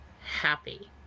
happy